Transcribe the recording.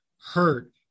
hurt